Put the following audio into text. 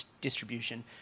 distribution